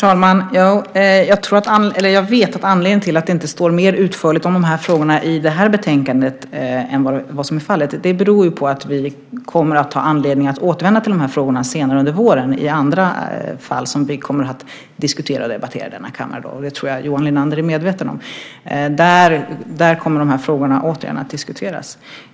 Herr talman! Jag vet att anledningen till att det inte står mer utförligt om de här frågorna i betänkandet än vad som är fallet är att vi kommer att ha anledning att återkomma till de här frågorna senare under våren när vi kommer att diskutera och debattera andra fall i denna kammare. Det tror jag att Johan Linander är medveten om. Då kommer de här frågorna återigen att diskuteras.